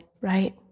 right